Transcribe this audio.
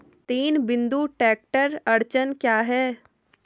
तीन बिंदु ट्रैक्टर अड़चन क्या है?